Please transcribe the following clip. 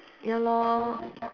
ya lor